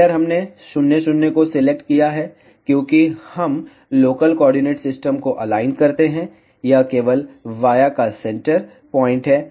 centre हमने 0 0 को select किया है क्योंकि हम लोकल कोऑर्डिनेट सिस्टम को अलाइन करते हैं यह केवल वाया का सेंटर प्वाइंट है